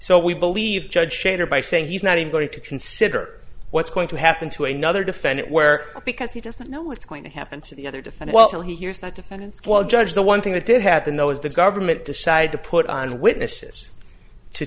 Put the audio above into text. so we believe judge shader by saying he's not even going to consider what's going to happen to another defendant where because he doesn't know what's going to happen to the other defend well so he hears that defense while judge the one thing that did happen though is the government decided to put on witnesses to